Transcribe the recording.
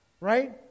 right